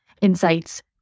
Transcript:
insights